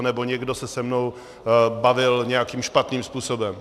Nebo někdo se se mnou bavit nějakým špatným způsobem.